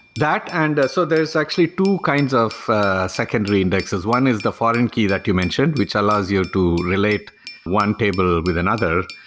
and so there's actually two kinds of secondary indexes. one is the foreign key that you mentioned, which allows you to relate one table with another.